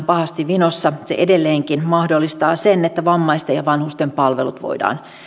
pahasti vinossa se edelleenkin mahdollistaa sen että vammaisten ja vanhusten palvelut voidaan